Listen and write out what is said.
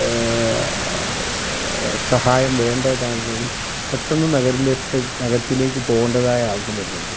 സഹായം വേണ്ടതാണങ്കിൽ പെട്ടെന്ന് നഗരത്തിലേക്ക് നഗരത്തിലേക്ക് പോകേണ്ടതായ ആവശ്യം വരുന്നുണ്ട്